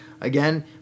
Again